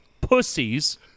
pussies